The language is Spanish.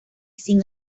sin